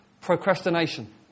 Procrastination